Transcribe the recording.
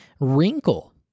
wrinkle